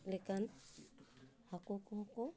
ᱞᱮᱠᱟᱱ ᱦᱟᱹᱠᱩ ᱠᱚᱦᱚᱸ ᱠᱚ